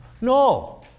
No